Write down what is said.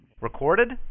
recorded